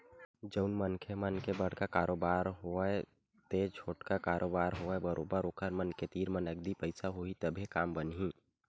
जउन मनखे मन के बड़का कारोबार होवय ते छोटका कारोबार होवय बरोबर ओखर मन के तीर म नगदी पइसा होही तभे काम बनही